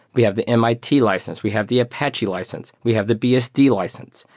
we have the mit license. we have the apache license. we have the bsd license.